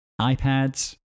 iPads